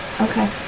okay